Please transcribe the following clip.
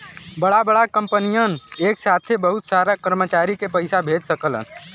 बड़ा बड़ा कंपनियन एक साथे बहुत सारा कर्मचारी के पइसा भेज सकलन